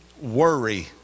worry